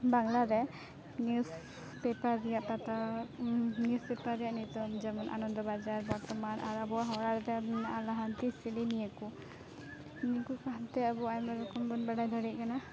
ᱵᱟᱝᱞᱟᱨᱮ newspaper ᱨᱮᱭᱟᱜ ᱠᱟᱛᱷᱟ newspaper ᱨᱮᱭᱟᱜ ᱧᱩᱛᱩᱢ ᱡᱮᱢᱚᱱ ᱟᱱᱚᱱᱫᱚᱵᱟᱡᱟᱨ ᱵᱚᱨᱛᱚᱢᱟᱱ ᱟᱨ ᱟᱵᱚ ᱦᱚᱲᱟᱜ ᱢᱮᱱᱟᱜᱼᱟ ᱞᱟᱦᱟᱱᱛᱤ ᱥᱤᱞᱤ ᱱᱤᱭᱟᱹᱠᱚ ᱱᱤᱭᱟᱹᱠᱚ ᱦᱟᱱᱛᱮ ᱟᱵᱚ ᱟᱭᱢᱟ ᱨᱚᱠᱚᱢᱵᱚᱱ ᱵᱟᱲᱟᱭ ᱫᱟᱲᱮᱭᱟᱜ ᱠᱟᱱᱟ